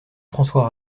françois